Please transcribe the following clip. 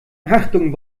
achtung